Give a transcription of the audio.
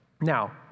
Now